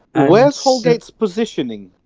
were sold its positioning